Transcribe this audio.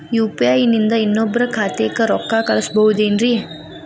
UPI ನಿಂದ ಇನ್ನೊಬ್ರ ಖಾತೆಗೆ ರೊಕ್ಕ ಕಳ್ಸಬಹುದೇನ್ರಿ?